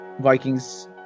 Vikings